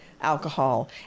alcohol